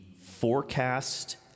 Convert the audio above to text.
forecast